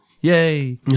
Yay